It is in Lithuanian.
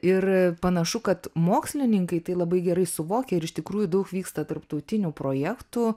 ir panašu kad mokslininkai tai labai gerai suvokia ir iš tikrųjų daug vyksta tarptautinių projektų